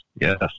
yes